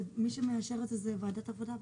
מי שמאשר את זה היא ועדת העבודה והרווחה.